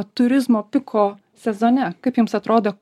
turizmo piko sezone kaip jums atrodo